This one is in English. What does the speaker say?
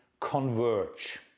converge